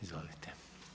Izvolite.